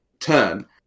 Turn